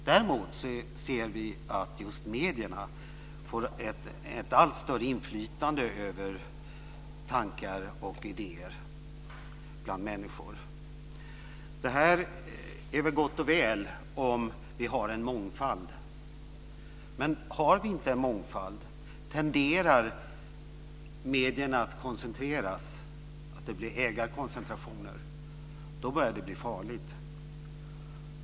Däremot får medierna ett allt större inflytande över tankar och idéer bland människor. Detta skulle vara gott och väl om vi hade en mångfald, men har vi inte en sådan tenderar medierna att koncentreras, och ägarkoncentrationer uppstår.